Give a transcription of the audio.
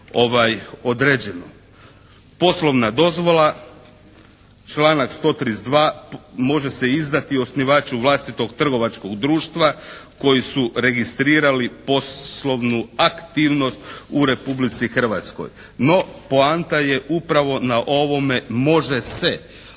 Poslovna dozvola, članak 132. može se izdati i osnivaču vlastitog trgovačkog društva koji su registrirali poslovnu aktivnost u Republici Hrvatskoj. No poanta je upravo na ovome "može se", a čitamo